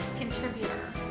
contributor